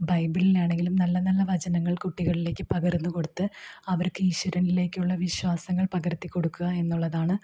ബൈബിളിലാണെങ്കിലും നല്ല നല്ല വചനങ്ങൾ കുട്ടികളിലേക്ക് പകർന്ന് കൊടുത്ത് അവർക്ക് ഈശ്വരനിലേക്കുള്ള വിശ്വാസങ്ങൾ പകർത്തിക്കൊടുക്കുക എന്നുള്ളതാണ്